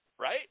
right